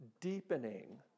deepening